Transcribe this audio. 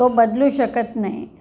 तो बदलू शकत नाही